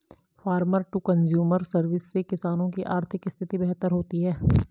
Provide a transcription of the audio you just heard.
farmer to consumer service से किसानों की आर्थिक स्थिति बेहतर होती है